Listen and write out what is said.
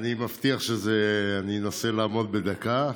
אני מבטיח שאני אנסה לעמוד בדקה.